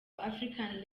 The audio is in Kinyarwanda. african